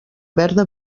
verda